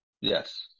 Yes